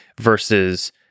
versus